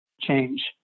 change